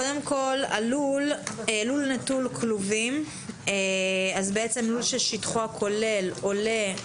קודם כל, לול נטול כלובים, לול ששטחו הכולל עולה,